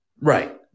Right